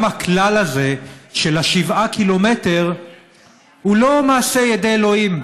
גם הכלל הזה של השבעה קילומטר הוא לא מעשה ידי אלוהים,